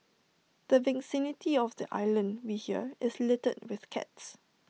the vicinity of the island we hear is littered with cats